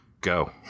go